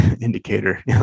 indicator